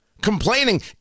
Complaining